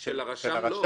של הרשם.